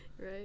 Right